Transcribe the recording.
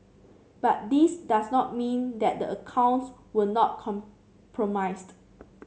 but this does not mean that the accounts were not compromised